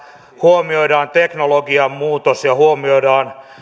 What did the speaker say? huomioidaan teknologian muutos ja huomioidaan